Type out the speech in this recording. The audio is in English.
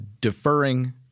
deferring